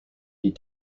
die